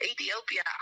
Ethiopia